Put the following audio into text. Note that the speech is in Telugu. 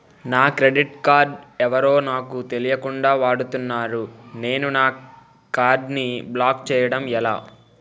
నా క్రెడిట్ కార్డ్ ఎవరో నాకు తెలియకుండా వాడుకున్నారు నేను నా కార్డ్ ని బ్లాక్ చేయడం ఎలా?